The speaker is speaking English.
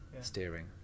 steering